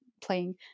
playing